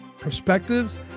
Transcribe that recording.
perspectives